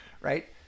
right